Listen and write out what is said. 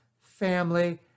family